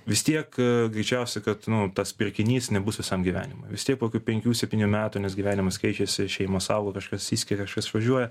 vis tiek greičiausiai kad tas pirkinys nebus visam gyvenimui vis tiek po penkių septynių metų nes gyvenimas keičiasi šeimos auga kažkas išskiria kažkas išvažiuoja